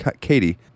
Katie